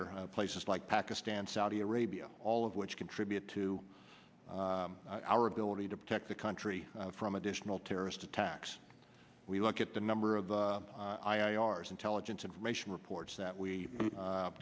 or places like pakistan saudi arabia all of which contribute to our ability to protect the country from additional terrorist attacks we look at the number of the i r s intelligence information reports that we